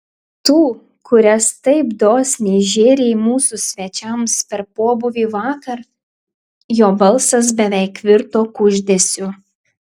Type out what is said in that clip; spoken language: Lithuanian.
tų kurias taip dosniai žėrei mūsų svečiams per pobūvį vakar jo balsas beveik virto kuždesiu